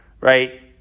right